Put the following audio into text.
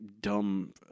dumb